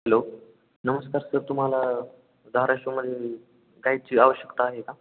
hello नमस्कार sir तुम्हाला धाराशिवमध्ये गाईडची आवश्यकता आहे का